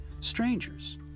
strangers